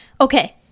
okay